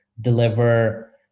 deliver